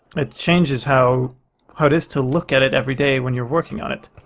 it changes how how it is to look at it every day when you're working on it.